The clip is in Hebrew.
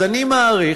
אז אני מאמין